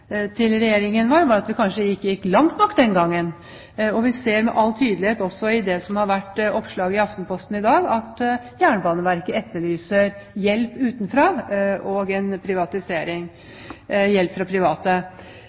til regjeringen gikk ut på, var at vi kanskje ikke gikk langt nok den gangen. Vi ser med all tydelighet, også i det oppslaget i Aftenposten i dag, at Jernbaneverket etterlyser hjelp utenfra og en privatisering, hjelp fra private.